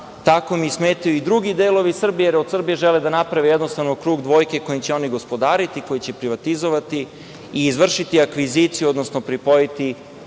Tako im smetaju i drugi delovi Srbije, jer od Srbije žele da naprave, jednostavno, krug dvojke kojim će oni gospodariti, koji će privatizovati i izvršiti akviziciju, odnosno pripojiti